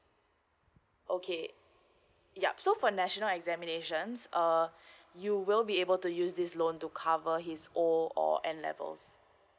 okay yup so for national examinations uh you will be able to use this loan to cover his O or N levels